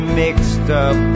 mixed-up